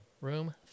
Room